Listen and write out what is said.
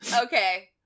Okay